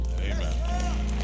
Amen